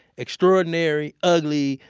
extraordinary ugly,